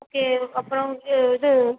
okay அப்புறம் okay இது